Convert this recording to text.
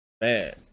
man